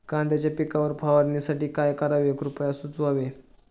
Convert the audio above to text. कांद्यांच्या पिकावर फवारणीसाठी काय करावे कृपया सुचवावे